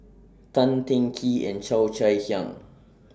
Tan Teng Kee and Cheo Chai Hiang